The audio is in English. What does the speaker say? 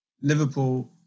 Liverpool